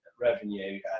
revenue